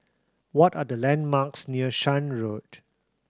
what are the landmarks near Shan Road